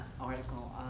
article